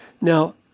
Now